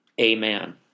amen